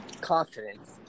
confidence